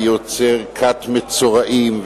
ויוצר כת מצורעים,